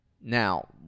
Now